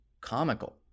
comical